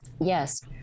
yes